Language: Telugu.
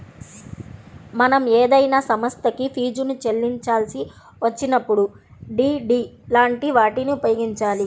మనం ఏదైనా సంస్థకి ఫీజుని చెల్లించాల్సి వచ్చినప్పుడు డి.డి లాంటి వాటిని ఉపయోగించాలి